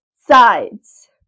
sides